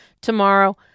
tomorrow